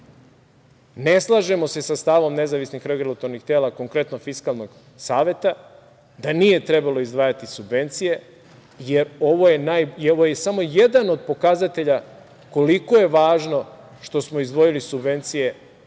Ne slažemo se sa stavom nezavisnih regulatornih tela, konkretno Fiskalnog saveta, da nije trebalo izdvajati subvencije, jer ovo je samo jedan od pokazatelja koliko je važno što smo izdvojili subvencije